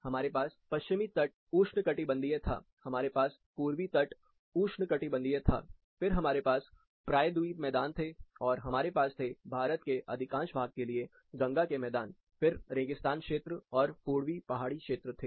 हमारे पास पश्चिमी तट उष्णकटिबंधीय था हमारे पास पूर्वी तट उष्णकटिबंधीय था फिर हमारे पास प्रायद्वीप मैदान थे और हमारे पास थे भारत के अधिकांश भाग के लिए गंगा के मैदान फिर रेगिस्तान क्षेत्र और फिर पूर्वी पहाड़ी क्षेत्र थे